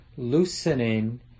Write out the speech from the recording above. loosening